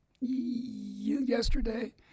yesterday